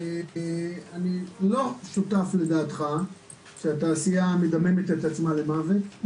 אני לא שותף לדעתך לתעשייה המדממת עצמה למוות.